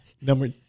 Number